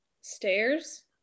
Stairs